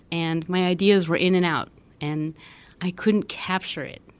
and my ideas were in and out and i couldn't capture it.